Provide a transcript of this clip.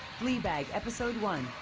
fleabag, episode one,